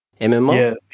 MMO